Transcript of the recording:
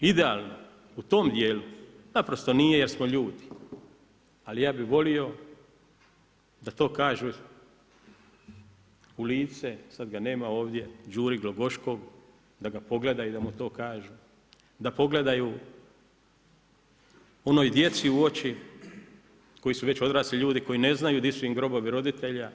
Da je sve idealno u tom dijelu naprosto nije jer smo ljudi, ali ja bih volio da to kažu u lice, sada ga nema ovdje Đuri Glogoškom da ga pogledaju i da mu to kažu, da pogledaju onoj djeci u oči koji su već odrasli ljudi koji ne znaju gdje su im grobovi roditelja.